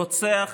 רוצח